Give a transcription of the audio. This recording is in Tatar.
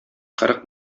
кырык